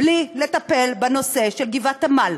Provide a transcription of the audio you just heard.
בלי לטפל בנושא של גבעת-עמל,